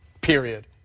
period